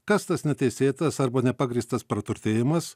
kas tas neteisėtas arba nepagrįstas praturtėjimas